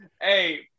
hey